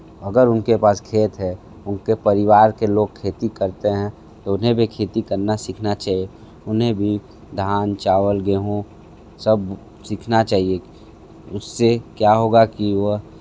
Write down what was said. अगर उनके पास खेत है उनके परिवार के लोग खेती करते हैं तो उन्हें भी खेती करना सीखना चाहिए उन्हें भी धान चावल गेहूं सब सीखना चाहिए उससे क्या होगा कि वह